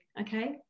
okay